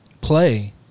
play